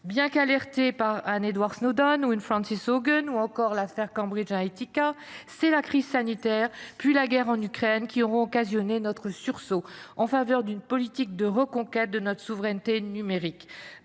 Bien qu’alertés par un Edward Snowden ou une Frances Haugen, ou encore par l’affaire Cambridge Analytica, c’est la crise sanitaire puis la guerre en Ukraine qui auront provoqué notre sursaut en faveur d’une politique de reconquête de notre souveraineté numérique.